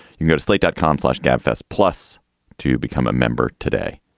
you go to slate dot com, flush gabfests plus to become a member today.